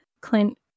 Clint